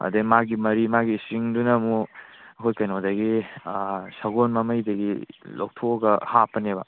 ꯑꯗꯒꯤ ꯃꯥꯒꯤ ꯃꯔꯤ ꯃꯥꯏ ꯏꯁꯇꯔꯤꯡꯗꯨꯅ ꯑꯃꯨꯛ ꯑꯩꯈꯣꯏ ꯀꯩꯅꯣꯗꯒꯤ ꯁꯒꯣꯜ ꯃꯃꯩꯗꯒꯤ ꯂꯧꯊꯣꯛꯑꯒ ꯍꯥꯞꯄꯅꯦꯕ